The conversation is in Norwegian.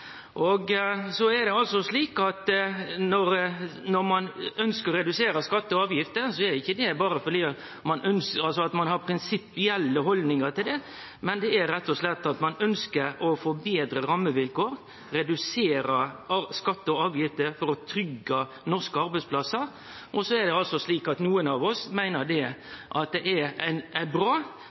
Så er det slik at når ein ønskjer å redusere skattar og avgifter, er ikkje det berre fordi ein har prinsipielle haldningar til det, men det er rett og slett at ein ønskjer å få betre rammevilkår, redusere skattar og avgifter for å tryggje norske arbeidsplassar. Og så er det slik at nokon av oss meiner at det er bra at folk flest får behalde meir av sine eigne pengar, og at dei veit korleis desse pengane skal brukast på ein